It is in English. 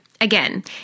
Again